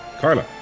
Carla